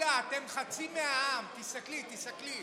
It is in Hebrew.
הרחבת האספה הבוחרת), התש"ף 2020,